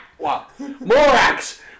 Morax